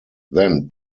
then